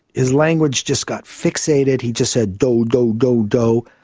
his language just got fixated, he just said, doh, doh, doh, doh.